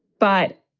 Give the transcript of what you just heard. but